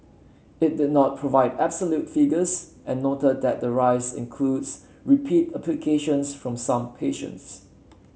it did not provide absolute figures and noted that the rise includes repeat applications from some patients